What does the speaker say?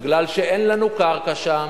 בגלל שאין לנו קרקע שם.